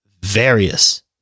various